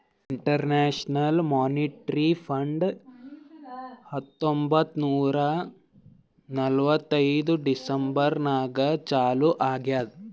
international monetary fund ಹತ್ತೊಂಬತ್ತ್ ನೂರಾ ನಲ್ವತ್ತೈದು ಡಿಸೆಂಬರ್ ನಾಗ್ ಚಾಲೂ ಆಗ್ಯಾದ್